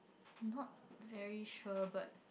not very sure but